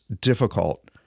difficult